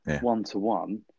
one-to-one